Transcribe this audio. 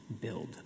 build